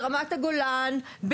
ברמת הגולן,